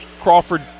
Crawford